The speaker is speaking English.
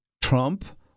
Trump